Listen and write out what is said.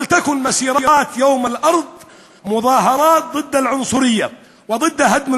הלוואי שיהיה מצעד יום האדמה הפגנה נגד הגזענות ונגד הרס